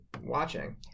watching